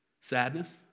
Sadness